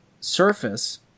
surface